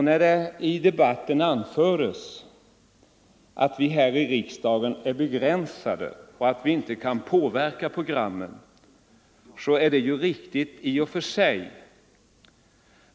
När det i debatten anförs att vi riksdagsmän inte kan påverka programmen, är detta påstående riktigt i och för sig.